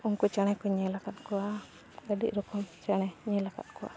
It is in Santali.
ᱩᱱᱠᱩ ᱪᱮᱬᱮ ᱠᱚᱧ ᱧᱮᱞ ᱟᱠᱟᱫ ᱠᱚᱣᱟ ᱟᱹᱰᱤ ᱨᱚᱠᱚᱢ ᱪᱮᱬᱮ ᱧᱮᱞ ᱟᱠᱟᱫ ᱠᱚᱣᱟ